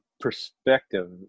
perspective